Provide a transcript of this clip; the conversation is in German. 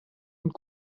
und